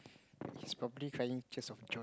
he's probably crying tears of joy